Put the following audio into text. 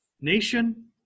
nation